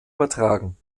übertragen